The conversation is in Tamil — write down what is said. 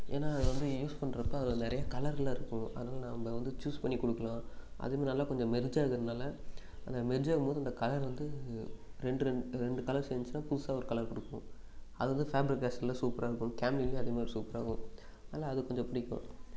ஏன்னா அது வந்து யூஸ் பண்ணுறப்ப அதில் நிறைய கலரில் இருக்கும் அதனால நம்ம வந்து சூஸ் பண்ணி கொடுக்கலாம் அதுவுமே நல்லா கொஞ்சம் மெர்ஜாகிறதுனால அந்த மெர்ஜாகும் போது அந்த கலர் வந்து ரெண்டு ரெண்டு ரெண்டு கலர் சேந்துச்சுன்னா புதுசாக ஒரு கலர் கொடுக்கும் அது வந்து ஃபேபர் கேஸ்ட்டில் சூப்பராக இருக்கும் கேம்லீன்லேயும் அது மாரி சூப்பராக இருக்கும் அதனால அது கொஞ்சம் பிடிக்கும்